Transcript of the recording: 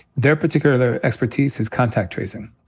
their particular expertise is contact tracing.